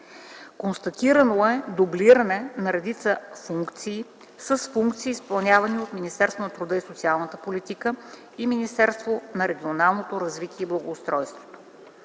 констатирано е дублиране на редица функции с функции, изпълнявани от Министерството на труда и социалната политика (МТСП) и Министерството на регионалното развитие и благоустройството;